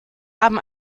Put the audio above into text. haben